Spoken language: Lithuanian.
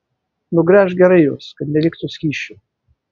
nugręžk gerai juos kad neliktų skysčio